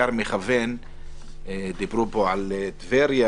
דיברו פה על טבריה,